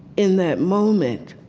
in that moment,